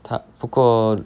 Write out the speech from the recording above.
他不过